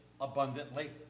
abundantly